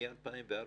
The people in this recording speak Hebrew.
מ-2004,